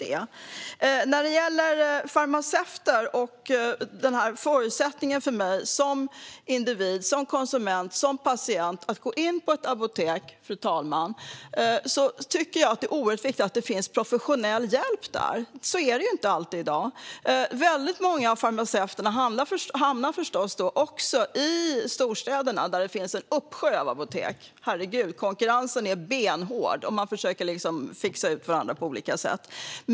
Detta med farmaceuter handlar om att vi som individer, konsumenter och patienter ska kunna gå in på ett apotek och få professionell hjälp där. Så är det ju inte alltid i dag. Väldigt många farmaceuter hamnar i storstäderna, där det finns en uppsjö av apotek. Herregud, konkurrensen är benhård, och man försöker slå ut varandra på olika sätt.